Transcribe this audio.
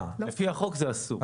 לפי החוק זה אסור.